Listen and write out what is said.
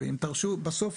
אם תרשו בסוף,